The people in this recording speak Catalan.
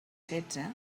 setze